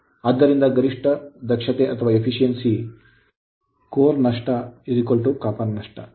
ಆದ್ದರಿಂದ ಗರಿಷ್ಠ ದಕ್ಷತೆಯ efficiency ಕೋರ್ ನಷ್ಟ copper ತಾಮ್ರದ ನಷ್ಟ